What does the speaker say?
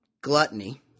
gluttony